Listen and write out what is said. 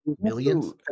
millions